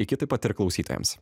iki taip pat ir klausytojams